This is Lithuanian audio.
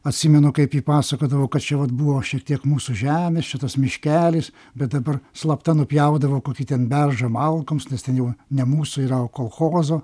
atsimenu kaip ji pasakodavo kad čia vat buvo šitiek mūsų žemės čia tas miškelis bet dabar slapta nupjaudavo kokį ten beržą malkoms nes ten jau ne mūsų yra o kolchozo